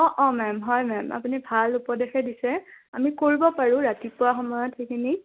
অঁ অঁ মেম হয় মেম আপুনি ভাল উপদেশে দিছে আমি কৰিব পাৰোঁ ৰাতিপুৱা সময়ত সেইখিনি